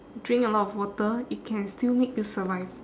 drink a lot of water it can still make you survive